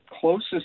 closest